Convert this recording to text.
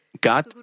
God